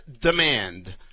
demand